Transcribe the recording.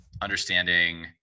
understanding